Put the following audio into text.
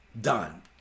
done